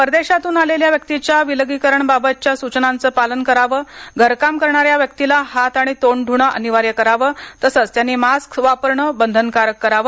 परदेशातून आलेल्या व्यक्तीच्या विलगीकरण बाबतच्या सूचनांचं पालन करावं घरकाम करणाऱ्या व्यक्तीला हात आणि तोंड धूणे अनिवार्य करावं तसेच त्यांनी मास्क वापरण बंधनकारक आहे